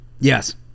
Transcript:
yes